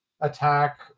attack